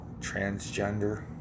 transgender